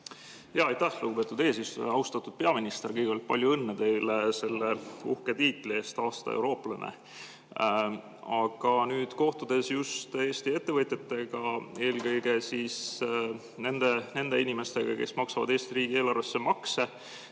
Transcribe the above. Aitäh, lugupeetud eesistuja! Austatud peaminister! Kõigepealt, palju õnne teile selle uhke tiitli eest: aasta eurooplane! Aga nüüd, kohtudes Eesti ettevõtjatega, eelkõige nende inimestega, kes maksavad Eesti riigieelarvesse makse,